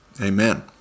Amen